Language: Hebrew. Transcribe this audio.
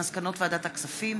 מסקנות ועדת הכספים